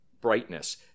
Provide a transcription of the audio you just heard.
brightness